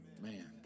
Man